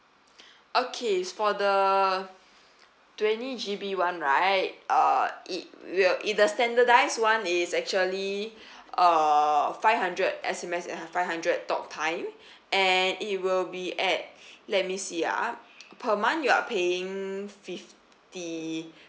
okay for the twenty G_B [one] right uh it will it standardised [one] is actually uh five hundred S_M_S and five hundred talk time and it will be at let me see ah per month you are paying fifty